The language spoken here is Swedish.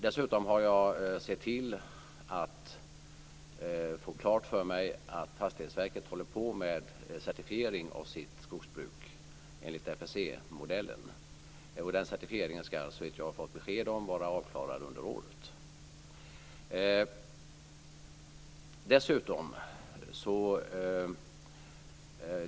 Dessutom har jag sett till att få klart för mig att Fastighetsverket håller på med certifiering av sitt skogsbruk enligt FSC-modellen. Den certifieringen ska vara avklarad under året, enligt vad jag har fått besked om.